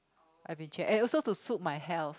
I've been changed and also to suit my health